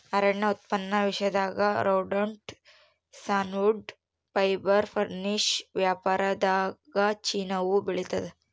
ಅರಣ್ಯ ಉತ್ಪನ್ನ ವಿಶ್ವದಾಗ ರೌಂಡ್ವುಡ್ ಸಾನ್ವುಡ್ ಫೈಬರ್ ಫರ್ನಿಶ್ ವ್ಯಾಪಾರದಾಗಚೀನಾವು ಬೆಳಿತಾದ